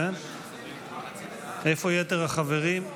איפה יתר החברים?